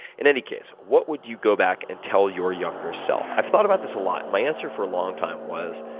in any case, what would you go back and tell your younger self? i've thought about this a lot. and my answer for a long time was,